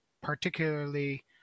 particularly